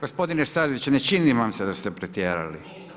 Gospodin Stazić ne čini vam se da ste pretjerali?